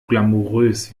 glamourös